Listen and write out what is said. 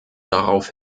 darauf